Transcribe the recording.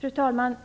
Fru talman!